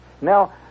Now